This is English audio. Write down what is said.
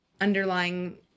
underlying